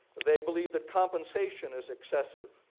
they believe that compensation is excessive.